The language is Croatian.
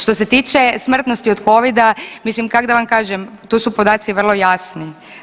Što se tiče smrtnosti od covida mislim kak' da vam kažem tu su podaci vrlo jasni.